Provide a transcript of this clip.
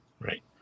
right